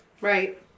Right